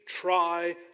try